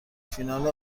فینال